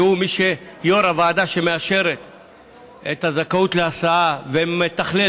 שהוא יו"ר הוועדה שמאשרת את הזכאות להסעה ומתכלל